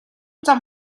зам